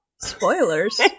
Spoilers